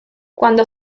cuando